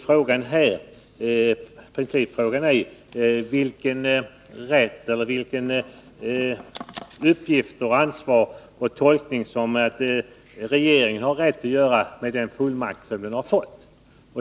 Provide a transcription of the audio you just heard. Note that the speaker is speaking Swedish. Principfrågan, Knut Wachtmeister, är vilken tolkning regeringen har rätt att göra enligt den fullmakt den har fått.